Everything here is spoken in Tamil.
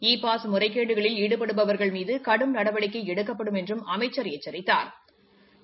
இ பாஸ் முறைகேடுகளில் ஈடுபடுபவர்கள் மீது கடும் நடவடிக்கை எடுக்கப்படும் என்றும் அமைச்சர் எச்சித்தாா்